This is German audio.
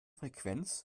frequenz